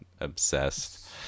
obsessed